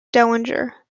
dowager